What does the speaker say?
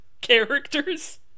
characters